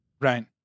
Right